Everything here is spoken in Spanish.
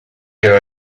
queda